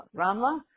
Ramla